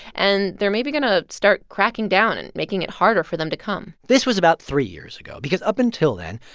and they're maybe going to start cracking down and making it harder for them to come this was about three years ago because up until then,